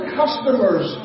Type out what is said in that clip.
customers